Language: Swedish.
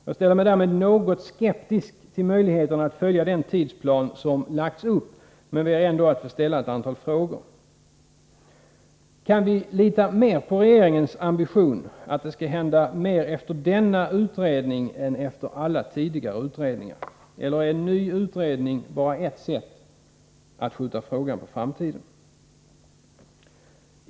Jag ställer mig därmed något skeptisk till möjligheten att följa den tidsplan som lagts upp, men ber ändå att få ställa ett antal frågor: Kan vi lita på regeringens ambition att det skall hända mer efter denna utredning än efter alla tidigare? Eller är en ny utredning bara ett sätt att skjuta frågan på framtiden?